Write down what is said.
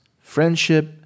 friendship